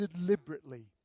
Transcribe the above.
deliberately